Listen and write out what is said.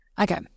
Okay